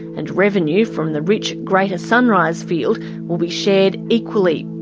and revenue from the rich greater sunrise field will be shared equally.